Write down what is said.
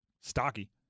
Stocky